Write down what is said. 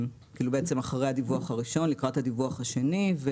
אחרי הדיווח הראשון ולקראת הדיווח השני.